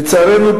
לצערנו,